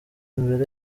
imbere